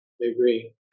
agree